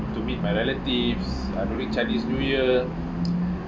to meet my relatives ah during chinese new year